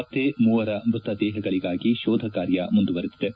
ಮತ್ತೆ ಮೂವರ ಮೃತ ದೇಹಗಳಿಗಾಗಿ ಶೋಧ ಕಾರ್ಯ ಮುಂದುವರೆದಿದೆ